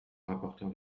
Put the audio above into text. rapporteur